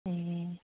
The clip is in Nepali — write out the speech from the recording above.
ए